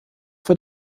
für